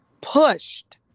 pushed